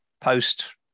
post